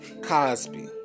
Cosby